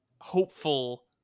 hopeful